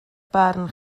barn